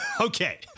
okay